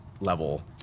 level